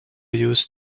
used